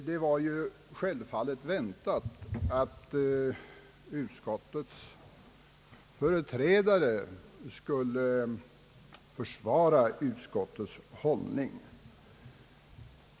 Herr talman! Det var självfallet väntat att utskottets företrädare skulle försvara utskottets hållning.